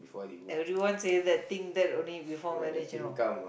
everyone say they think that only before marriage you know